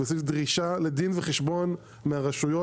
זה דרישה לדין וחשבון מהרשויות.